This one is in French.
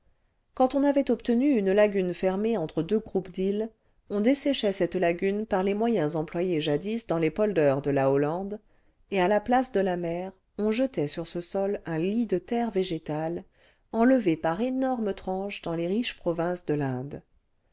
quand on avait obtenu une lagune fermée entre deux groupes d'îles on desséchait cette lagune par les moyens employés jadis dans les polders de la hollande et à la place de la mer on jetait sur ce sol un lit de terre végétale enlevée par énormes tranches dans les riches provinces de l'inde